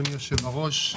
אדוני היושב בראש.